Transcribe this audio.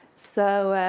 so